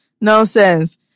Nonsense